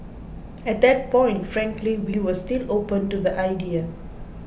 at that point frankly we were still open to the idea